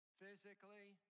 physically